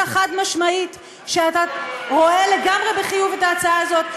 חד-משמעית שאתה רואה לגמרי בחיוב את ההצעה הזאת.